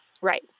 Right